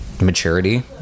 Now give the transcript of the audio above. Maturity